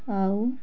ଆଉ